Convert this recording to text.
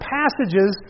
passages